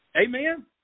Amen